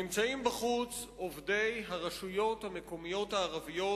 נמצאים בחוץ עובדי הרשויות המקומיות הערביות